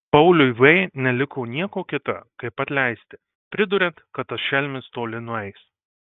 pauliui v neliko nieko kita kaip atleisti priduriant kad tas šelmis toli nueis